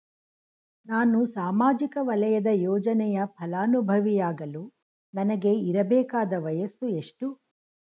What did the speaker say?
ನಾನು ಸಾಮಾಜಿಕ ವಲಯದ ಯೋಜನೆಯ ಫಲಾನುಭವಿ ಯಾಗಲು ನನಗೆ ಇರಬೇಕಾದ ವಯಸ್ಸು ಎಷ್ಟು?